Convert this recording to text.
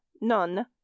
none